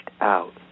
out